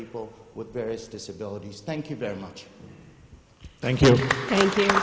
people with various disabilities thank you very much thank you